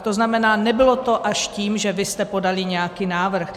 To znamená, nebylo to až tím, že vy jste podali nějaký návrh.